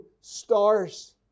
stars